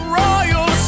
royal